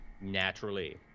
naturally